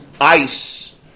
Ice